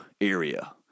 area